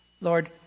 Lord